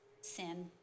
sin